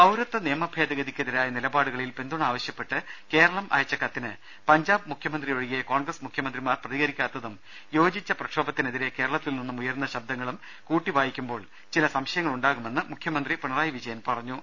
പൌരത്വനിയമഭേദഗതിക്കെതിരായ നിലപാടുകളിൽ പിന്തുണ ആവശ്യപ്പെട്ട് കേരളം അയച്ച കത്തിന് പഞ്ചാബ് മുഖ്യമന്ത്രിയൊഴികെ കോൺഗ്രസ് മുഖ്യമന്ത്രിമാർ പ്രതികരിക്കാത്തതും യോജിച്ച പ്രക്ഷോഭത്തിനെതിരെ കേരളത്തിൽ നിന്നും ഉയരുന്ന ശബ്ദങ്ങളും കൂട്ടിവായിക്കുമ്പോൾ ചില സംശയങ്ങളുണ്ടാകുമെന്ന് മുഖ്യമന്ത്രി പിണറായി വിജയൻ പറഞ്ഞു